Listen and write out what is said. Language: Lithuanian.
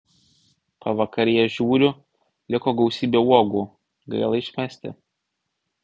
pavakaryje žiūriu liko gausybė uogų gaila išmesti